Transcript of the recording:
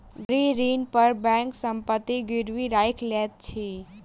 गृह ऋण पर बैंक संपत्ति गिरवी राइख लैत अछि